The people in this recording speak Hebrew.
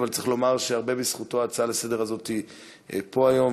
אבל צריך לומר שהרבה בזכותו ההצעה הזאת לסדר-היום עולה היום,